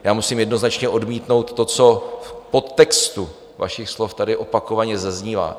Já musím jednoznačně odmítnout to, co v podtextu vašich slov tady opakovaně zaznívá.